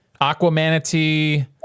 Aquamanatee